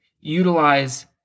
utilize